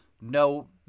no